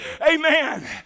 Amen